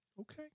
Okay